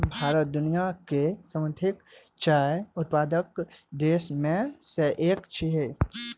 भारत दुनियाक सर्वाधिक चाय उत्पादक देश मे सं एक छियै